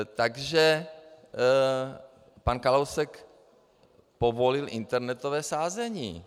Takže pan Kalousek povolil internetové sázení.